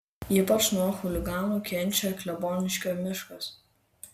ypač nuo chuliganų kenčia kleboniškio miškas